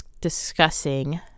discussing